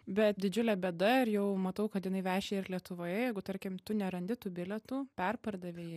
bet didžiulė bėda ir jau matau kad jinai veši ir lietuvoje jeigu tarkim tu nerandi tų bilietų perpardavėjai